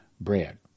bread